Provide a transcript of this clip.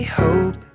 hope